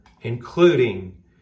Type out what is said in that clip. including